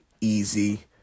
easy